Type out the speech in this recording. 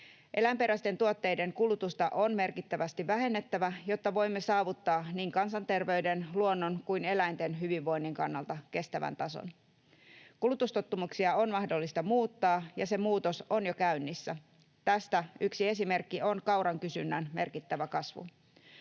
Eläinperäisten tuotteiden kulutusta on merkittävästi vähennettävä, jotta voimme saavuttaa niin kansanterveyden, luonnon kuin eläinten hyvinvoinnin kannalta kestävän tason. Kulutustottumuksia on mahdollista muuttaa, ja se muutos on jo käynnissä. Tästä yksi esimerkki on kauran kysynnän merkittävä kasvu.